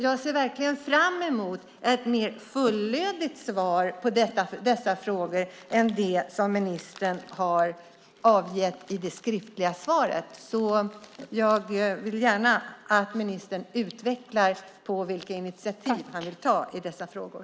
Jag ser verkligen fram emot ett mer fullödigt svar när det gäller dessa frågor än det skriftliga svar som ministern har avgett, och jag ser gärna att ministern utvecklar vilka initiativ han vill ta i dessa frågor.